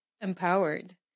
empowered